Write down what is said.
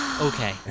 okay